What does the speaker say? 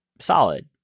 solid